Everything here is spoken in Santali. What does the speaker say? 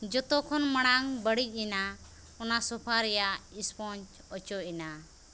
ᱡᱚᱛᱚᱠᱷᱚᱱ ᱢᱟᱲᱟᱝ ᱵᱟᱹᱲᱤᱡ ᱮᱱᱟ ᱚᱱᱟ ᱥᱳᱯᱷᱟ ᱨᱮᱭᱟᱜ ᱤᱥᱯᱚᱸᱡᱽ ᱚᱪᱚᱜ ᱮᱱᱟ